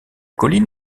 colline